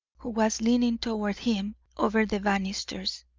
who was leaning toward him over the banisters.